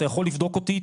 אתה יכול לבדוק אותי,